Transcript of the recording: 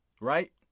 right